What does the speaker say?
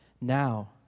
Now